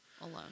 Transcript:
alone